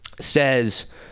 says